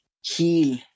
heal